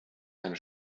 eine